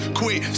quit